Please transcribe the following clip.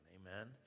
Amen